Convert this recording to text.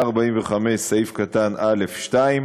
145(א)(2)